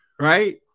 right